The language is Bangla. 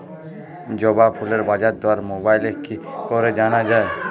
জবা ফুলের বাজার দর মোবাইলে কি করে জানা যায়?